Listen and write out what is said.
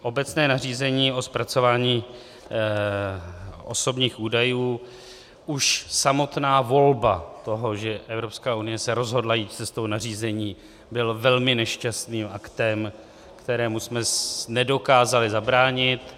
Obecné nařízení o zpracování osobních údajů už samotná volba toho, že Evropská unie se rozhodla jít cestou nařízení, byla velmi nešťastným aktem, kterému jsme nedokázali zabránit.